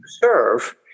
Serve